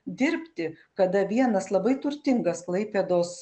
dirbti kada vienas labai turtingas klaipėdos